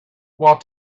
while